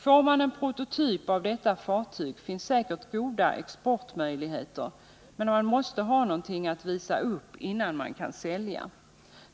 Får man bara en prototyp av detta fartyg finns det säkert goda exportmöjligheter, men man måste ha någonting att visa upp innan man kan sälja.